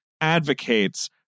advocates